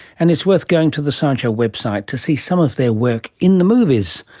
and it's worth going to the science show website to see some of their work in the movies.